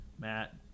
Matt